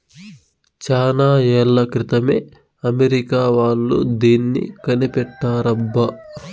చానా ఏళ్ల క్రితమే అమెరికా వాళ్ళు దీన్ని కనిపెట్టారబ్బా